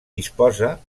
disposa